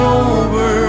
over